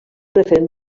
referent